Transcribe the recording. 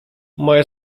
moje